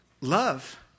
Love